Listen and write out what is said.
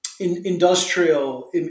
industrial